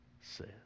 says